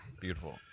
Beautiful